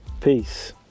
peace